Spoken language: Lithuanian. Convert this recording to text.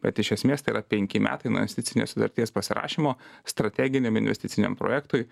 bet iš esmės tai yra penki metai nuo investicinės sutarties pasirašymo strateginiam investiciniam projektui